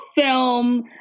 film